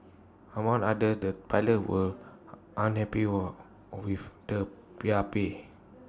among other the pilots were unhappy were with the pay